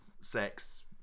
sex